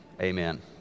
Amen